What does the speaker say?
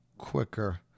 quicker